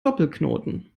doppelknoten